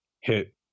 hit